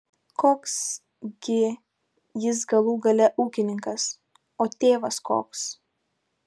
koks gi jis galų gale ūkininkas o tėvas koks